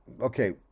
Okay